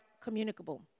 communicable